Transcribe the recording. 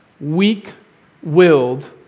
weak-willed